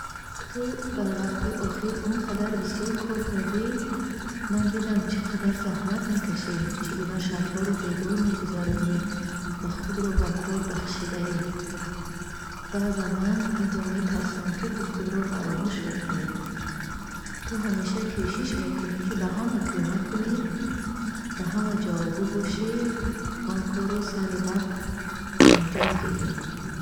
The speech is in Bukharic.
Ту дар вақтҳои охир он қадар бисёр кор кардӣ. Ман дидам, ки чӣ қадар заҳмат мекашӣ, чӣ гуна шабҳоро бедор мегузаронӣ ва худро ба кор бахшидаӣ. Баъзан ман ҳатто метарсам, ки ту худро фаромӯш мекунӣ. Ту ҳамеша кӯшиш мекунӣ, ки ба ҳама кӯмак кунӣ, ба ҳама ҷавобгӯ бошӣ, ҳама корро сари вақт анҷом диҳӣ.